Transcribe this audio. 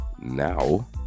Now